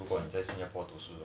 如果你在 singapore 读书